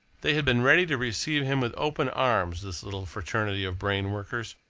they had been ready to receive him with open arms, this little fraternity of brain-workers,